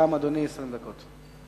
גם לאדוני 20 דקות.